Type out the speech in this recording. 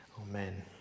Amen